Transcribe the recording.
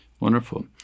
Wonderful